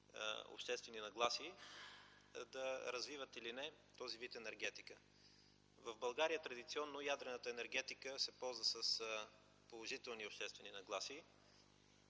обществени нагласи да развиват или не този вид енергетика. Традиционно в България ядрената енергетика се ползва с положителни обществени нагласи.